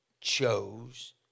chose